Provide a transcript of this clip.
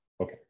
Okay